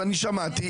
אני שמעתי,